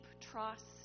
trust